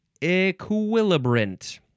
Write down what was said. equilibrant